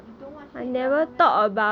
you don't watch K drama meh